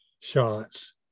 shots